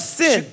sin